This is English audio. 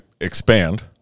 Expand